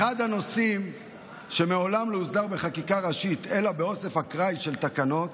אחד הנושאים שמעולם לא הוסדרו בחקיקה ראשית אלא באוסף אקראי של תקנות